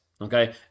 okay